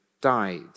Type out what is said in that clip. died